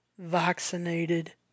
Vaccinated